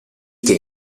che